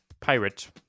Pirate